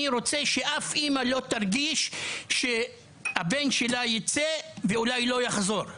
אני רוצה שאף אמא לא תחשוש כשהבן שלא יוצא מזה שהוא אולי לא יחזור,